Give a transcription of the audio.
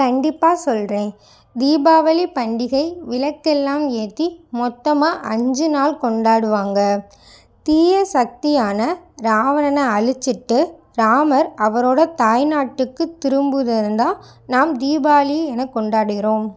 கண்டிப்பாக சொல்கிறேன் தீபாவளி பண்டிகை விளக்கெல்லாம் ஏற்றி மொத்தமாக அஞ்சு நாள் கொண்டாடுவாங்க தீய சக்தியான ராவணனை அழிச்சிட்டு ராமர் அவரோடய தாய்நாட்டுக்கு திரும்பினததான் நாம் தீபாவளி என கொண்டாடுகிறோம்